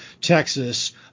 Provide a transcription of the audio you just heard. Texas